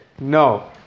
no